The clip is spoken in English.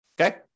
okay